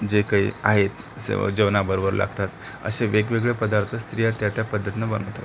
जे काही आहेत सर्व जेवणाबरोबर लागतात असे वेगवेगळे पदार्थ स्त्रिया त्या त्या पद्धतीनं बनवतात